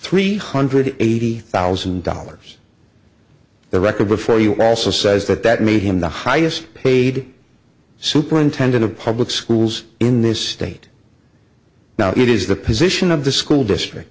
three hundred eighty thousand dollars the record before you also says that that made him the highest paid superintendent of public schools in this state now it is the position of the school district